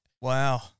Wow